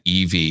EV